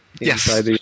Yes